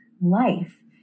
life